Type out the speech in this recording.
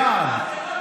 בעד,